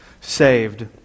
saved